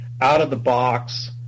out-of-the-box